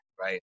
right